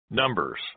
Numbers